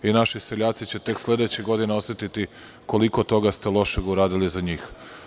Naši seljaci će tek sledećih godina osetiti koliko toga ste lošeg uradili za njih.